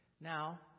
now